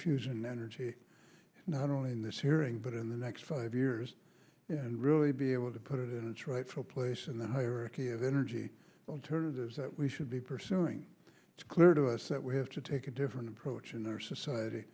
fusion energy not only in this hearing but in the next five years and really be able to put it in its rightful place in the hierarchy of energy alternatives that we should be pursuing it's clear to us that we have to take a different approach in our society